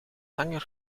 langer